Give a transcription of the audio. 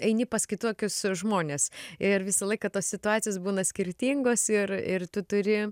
eini pas kitokius žmones ir visą laiką tos situacijos būna skirtingos ir ir tu turi